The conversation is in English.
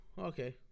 Okay